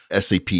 SAP